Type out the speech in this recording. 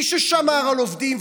מי ששמר על עובדים,